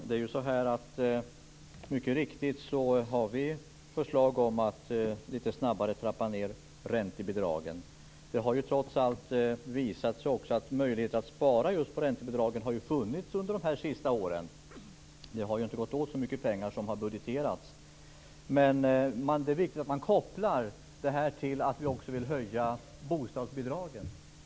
Fru talman! Mycket riktigt har vi förslag om att lite snabbare trappa ned räntebidragen. Det har ju trots allt visat sig att möjligheten att spara på just räntebidragen har funnits under de senaste åren. Det har inte gått åt så mycket pengar som har budgeterats. Men det är viktigt att man kopplar det här till att vi också vill höja bostadsbidragen.